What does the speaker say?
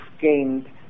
gained